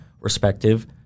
respective